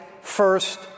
first